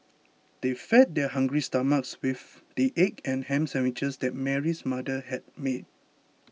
they fed their hungry stomachs with the egg and ham sandwiches that Mary's mother had made